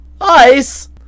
Ice